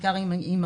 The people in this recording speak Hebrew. בעיקר עם אימהות,